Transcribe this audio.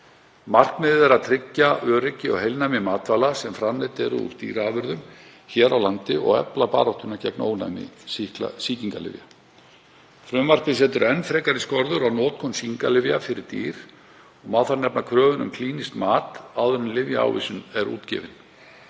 Markmiðið er að tryggja öryggi og heilnæmi matvæla sem framleidd eru úr dýraafurðum hér á landi og efla baráttuna gegn ónæmi sýkingarlyfja. Frumvarpið setur enn frekari skorður á notkun sýkingarlyfja fyrir dýr og má þar nefna kröfur um klínískt mat áður en lyfjaávísun er útgefin.